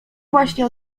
właśnie